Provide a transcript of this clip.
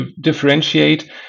differentiate